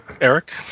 Eric